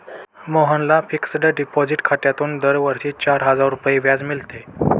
मोहनला fixed deposit खात्यातून दरवर्षी चार हजार रुपये व्याज मिळते